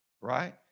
right